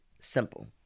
Simple